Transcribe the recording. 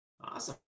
Awesome